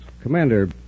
Commander